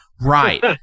Right